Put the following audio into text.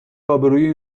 آبروئیه